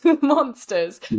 monsters